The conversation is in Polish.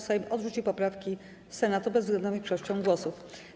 Sejm odrzucił poprawki Senatu bezwzględną większością głosów.